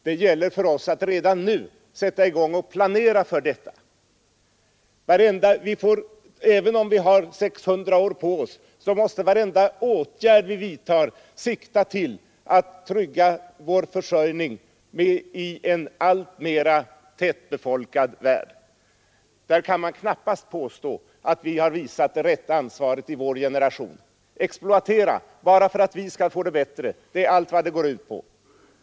Det gäller för oss att redan nu sätta i gång och planera för detta. Även om vi har 600 år på oss måste varenda åtgärd vi vidtar sikta till att trygga vår försörjning i en alltmera tätbefolkad värld. Därvidlag kan man knappast påstå att vi har visat det rätta ansvaret i vår generation. Att exploatera bara för att vi skall få det bättre — allt går ut på detta.